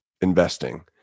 investing